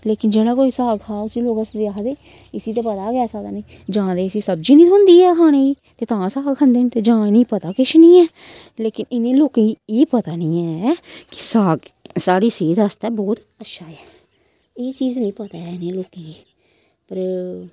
लेकिन जेह्ड़ा कोई साग खाग उस्सी लोग हसदे आखदे इस्सी ते पता गै किसे दा निं जां ते इस्सी सब्जी निं थ्होंदी ऐ खाने गी ते तां साग खंदे न ते जां इ'नें गी पता किश निं लेकिन इ'नें लोकें गी एह् पता निं ऐ कि साग साढ़ी सेह्त आस्ते ब्हौत अच्छा ऐ एह् चीज निं पता ऐ इ'नें लोकें गी पर